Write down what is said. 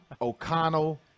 O'Connell